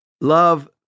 Love